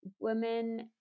women